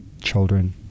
children